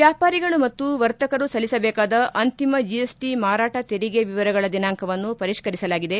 ವ್ಣಾಪಾರಿಗಳು ಮತ್ತು ವರ್ತಕರು ಸಲ್ಲಿಸಬೇಕಾದ ಅಂತಿಮ ಜಿಎಸ್ಟ ಮಾರಾಟ ತೆರಿಗೆ ವಿವರಗಳ ದಿನಾಂಕವನ್ನು ಪರಿಷ್ಕರಿಸಲಾಗಿದೆ